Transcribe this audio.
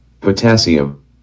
Potassium